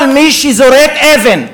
כל מי שזורק אבן,